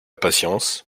patience